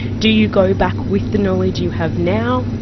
do you go back with the knowledge you have now,